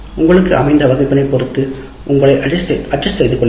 உங்களுக்கு அமைந்த வகுப்பினை பொருத்து உங்களை அட்ஜஸ்ட் செய்துகொள்ள வேண்டும்